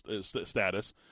status